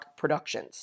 Productions